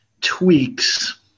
tweaks